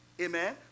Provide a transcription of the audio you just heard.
Amen